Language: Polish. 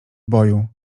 boju